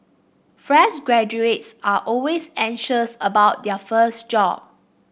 fresh graduates are always anxious about their first job